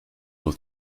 will